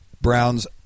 Browns